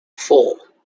four